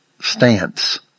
stance